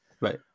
Right